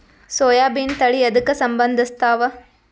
ಸೋಯಾಬಿನ ತಳಿ ಎದಕ ಸಂಭಂದಸತ್ತಾವ?